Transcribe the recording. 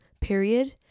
period